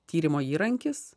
tyrimo įrankis